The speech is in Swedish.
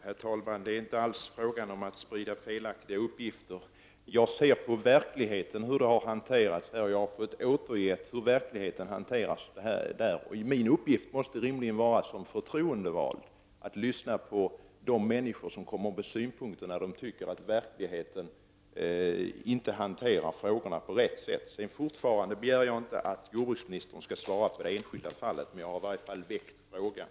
Herr talman! Det är inte alls fråga om att sprida felaktiga uppgifter. Jag ser på den hantering som har förekommit i verkligheten, och det måste vara min uppgift som förtroendevald att lyssna på synpunkter från människorna när de finner att frågorna inte har hanterats på rätt sätt. Jag begär fortfarande inte att jordbruksministern skall svara på frågor om det enskilda fallet, men jag har åtminstone väckt spörsmålet.